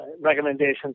recommendations